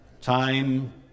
Time